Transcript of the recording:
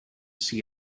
see